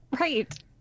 right